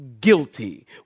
guilty